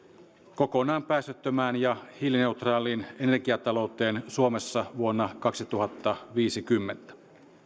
kokonaan päästöttömään ja hiilineutraaliin energiatalouteen suomessa vuonna kaksituhattaviisikymmentä